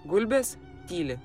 gulbės tyli